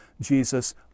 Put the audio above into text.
Jesus